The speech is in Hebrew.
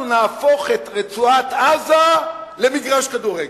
אנחנו נהפוך את רצועת-עזה למגרש כדורגל?